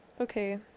Okay